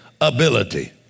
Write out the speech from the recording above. ability